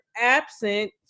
absent